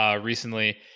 Recently